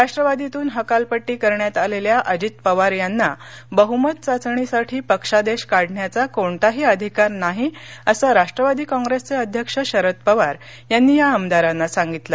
राष्ट्रवादीतून हकालपट्टी करण्यात आलेल्या अजितपवार यांना बहुमत चाचणीसाठी पक्षादेश काढण्याचा कोणताही अधिकार नाही असंराष्ट्रवादी कॉप्रेसचे अध्यक्ष शरद पवार यांनी या आमदाराना सांगितलं